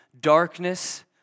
darkness